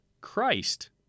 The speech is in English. Christ